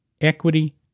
equity